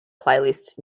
playlist